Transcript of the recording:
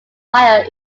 hire